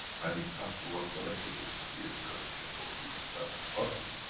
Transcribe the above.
and you have to work collectively to create a condition for peace, that us,